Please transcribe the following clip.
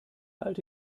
alte